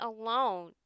alone